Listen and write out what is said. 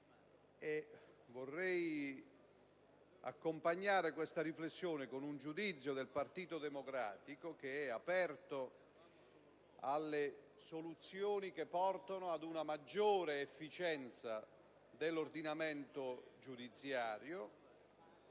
Vorrei accompagnare questa riflessione con un giudizio del Partito Democratico, che è aperto alle soluzioni che portano ad una maggiore efficienza dell'ordinamento giudiziario,